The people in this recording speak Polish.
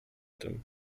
tym